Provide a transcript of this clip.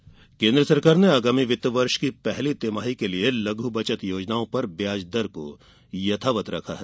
ब्याज दर केन्द्र सरकार ने आगामी वित्त वर्ष की पहली तिमाही के लिए लघु बचत योजनाओं पर ब्याज दर यथावत रखा है